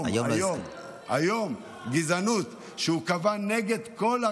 היום, יום הגזענות, לא, לא.